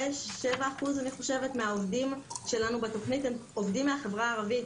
97% מהעובדים בתוכנית הם עובדים מהחברה הערבית.